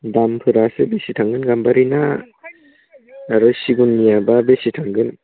दामफोरासो बेसे थांगोन गाम्बारिना आरो सिगुननियाबा बेसे थांगोन